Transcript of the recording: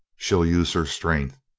she'll use her strength.